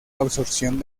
absorción